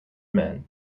men